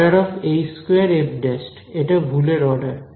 oh2f ′ এটা ভুলের order